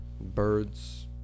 Birds